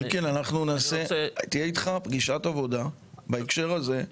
כן, אנחנו נעשה, תהיה איתך פגישת עבודה בהקשר הזה,